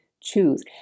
choose